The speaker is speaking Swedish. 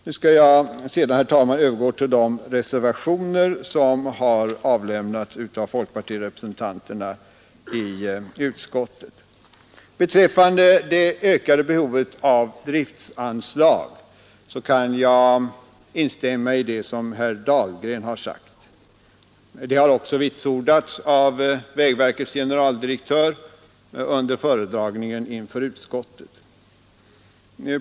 Efter detta skall jag gå över till de reservationer som har avgivits av folkpartirepresentanterna i utskottet. Beträffande det ökade behovet av driftanslag kan jag instämma i vad herr Dahlgren sade, och det har också vitsordats av vägverkets generaldirektör under föredragningen inför utskottet.